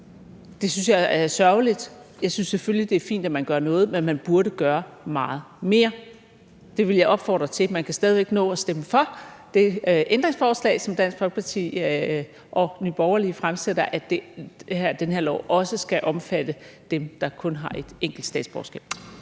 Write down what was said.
Det synes jeg er sørgeligt. Jeg synes selvfølgelig, det er fint, at man gør noget, men man burde gøre meget mere. Det vil jeg opfordre til. Man kan stadig væk nå at stemme for det ændringsforslag, som Dansk Folkeparti og Nye Borgerlige stiller, om at det her lovforslag også skal omfatte dem, der kun har et enkelt statsborgerskab.